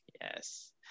yes